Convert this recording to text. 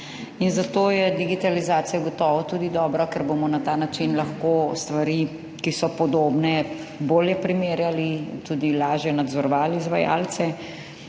in zato je digitalizacija gotovo tudi dobra, ker bomo na ta način lahko stvari, ki so podobne, bolje primerjali, tudi lažje nadzorovali izvajalce,